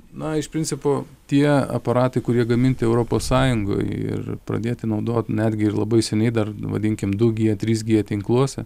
na iš principo tie aparatai kurie gaminti europos sąjungoj ir pradėti naudot netgi ir labai seniai dar vadinkim du g trys g tinkluose